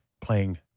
playing